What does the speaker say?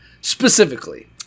specifically